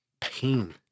pain